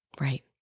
Right